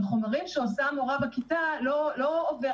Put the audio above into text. אבל חומרים שעושה המורה בכיתה לא עוברים